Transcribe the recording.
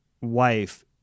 wife